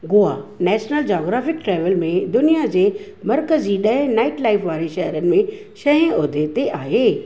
Goa National Geographic Travel में दुनिया जे मर्क़ज़ी ॾह नाइटलाइफ़ वारे शहरनि में छहें उहदे ते आहे